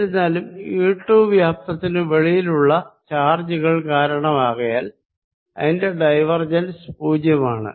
എന്നിരുന്നാലും E2 വോള്യുമിന് വെളിയിലുള്ള ചാർജുകൾ കരണമാകയിൽ അതിന്റെ ഡൈവേർജെൻസ് പൂജ്യമാണ്